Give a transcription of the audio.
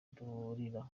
duhurira